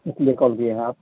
اس لیے کال بھیے ہے آپ